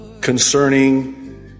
concerning